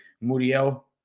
Muriel